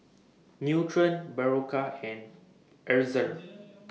Nutren Berocca and Ezerra